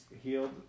healed